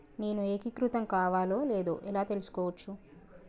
నేను ఏకీకృతం కావాలో లేదో ఎలా తెలుసుకోవచ్చు?